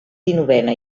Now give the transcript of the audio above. dinovena